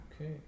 Okay